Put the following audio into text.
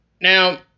Now